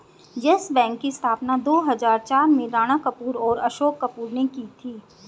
yes Bank की स्थापना दो हजार चार में राणा कपूर और अशोक कपूर ने की थी